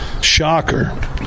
shocker